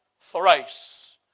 thrice